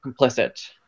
complicit